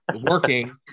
working